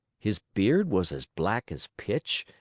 his beard was as black as pitch,